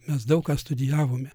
mes daug ką studijavome